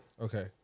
Okay